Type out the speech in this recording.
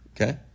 Okay